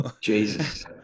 Jesus